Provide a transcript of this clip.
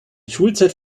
schulzeit